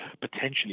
potentially